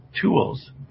tools